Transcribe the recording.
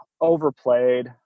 Overplayed